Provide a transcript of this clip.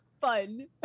fun